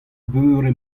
beure